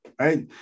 right